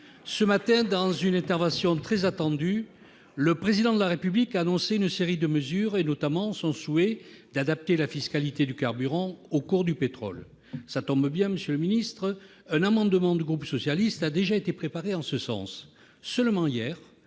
Ce matin, dans une intervention très attendue, le Président de la République a annoncé une série de mesures, notamment son souhait d'adapter la fiscalité du carburant au cours du pétrole. Ça tombe bien, monsieur le ministre, un amendement du groupe socialiste a été préparé en ce sens. Seulement, hier,